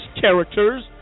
characters